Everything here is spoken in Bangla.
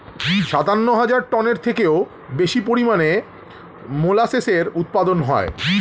সাতান্ন হাজার টনের থেকেও বেশি পরিমাণে মোলাসেসের উৎপাদন হয়